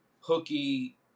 hooky